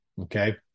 Okay